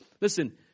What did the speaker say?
Listen